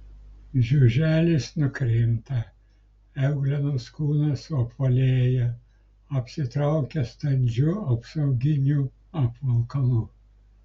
žiuželis nukrinta euglenos kūnas suapvalėja apsitraukia standžiu apsauginiu apvalkalu